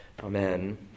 Amen